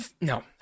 No